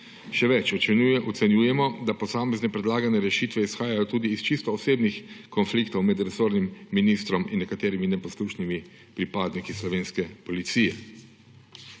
Še več, ocenjujemo, da posamezne predlagane rešitve izhajajo tudi iz čisto osebnih konfliktov med resornim ministrom in nekaterimi neposlušnimi pripadniki slovenske policije.